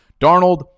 Darnold